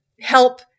help